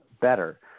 better